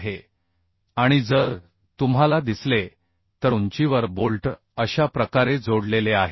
आहे आणि जर तुम्हाला दिसले तर उंचीवर बोल्ट अशा प्रकारे जोडलेले आहेत